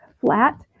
flat